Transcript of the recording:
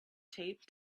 taped